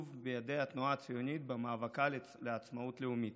בידי התנועה הציונית במאבקה לעצמאות לאומית.